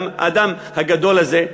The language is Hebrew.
האדם הגדול הזה?